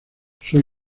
soy